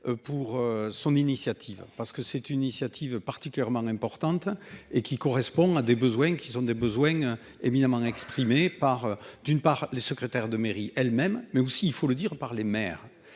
pour son initiative parce que c'est une initiative particulièrement importante et qui correspond à des besoins qu'ils ont des besoins éminemment n'a exprimé par d'une part les secrétaires de mairie elles-mêmes mais aussi il faut le dire par les mères